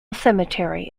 cemetery